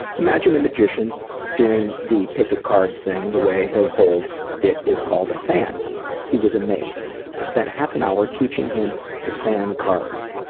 imagine a magician doing the pick a card thing the way they hold it is called a fan he was amazed. i spent half an hour teaching him to fan cards.